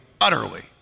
utterly